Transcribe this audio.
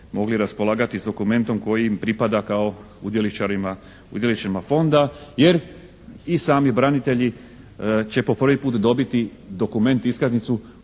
mogli raspolagati s dokumentom koji im pripada kao udjeličarima, udjeličarima Fonda jer i sami branitelji će po prvi put dobiti dokument iskaznicu